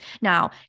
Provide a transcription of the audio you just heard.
Now